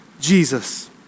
Jesus